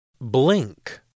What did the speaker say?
Blink